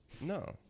No